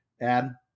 add